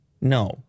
no